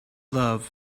love